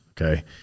okay